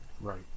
Right